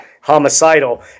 Homicidal